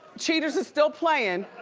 cheaters is still playing,